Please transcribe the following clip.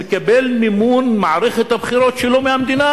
מקבל מימון למערכת הבחירות שלו מהמדינה,